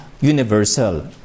universal